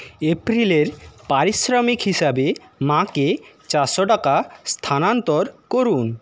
এপ্রিলের পারিশ্রমিক হিসাবে মাকে চারশো টাকা স্থানান্তর করুন